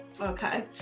Okay